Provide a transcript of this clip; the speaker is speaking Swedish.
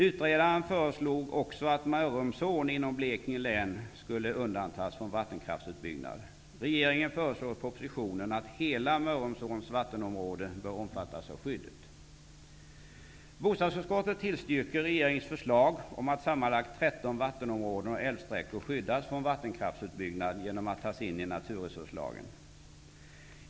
Utredaren föreslog också att Bostadsutskottet tillstyrker regeringens förslag om att sammanlagt 13 vattenområden och älvsträckor skyddas från vattenkraftsutbyggnad genom att tas in i naturresurslagen.